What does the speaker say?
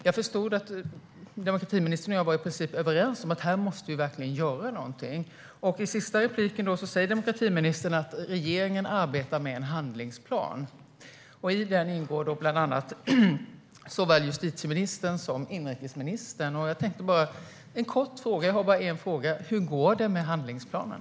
Jag förstod att demokratiministern och jag var i princip överens om att här måste vi verkligen göra någonting. I sitt sista inlägg sa demokratiministern att regeringen arbetar med en handlingsplan. I den ingår bland annat såväl justitieministern som inrikesministern. Jag har bara en fråga: Hur går det med handlingsplanen?